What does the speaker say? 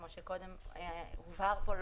כמו שקודם הובהר פה,